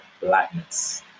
blackness